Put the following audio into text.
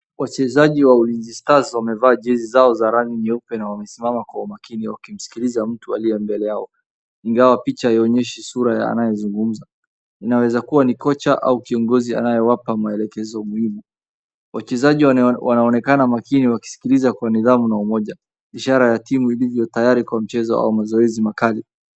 Wachezaji wa Ulinzi Stars wamevaa jesi zao za rangi nyeupe na wamesimama kwa umakini wakimsikiliza mtu aliye mbele yao. Ingawa picha haionyeshi sura ya anayezungumza. Inaweza kuwa ni kocha au kiongozi anayewapa maelekezo muhimu. Wachezaji wanaonekana makini wakiskiliza kwa nidhamu na umoja, ishara ya timu iliyo tayari kwa mchezo au mazoezi makali.